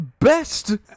best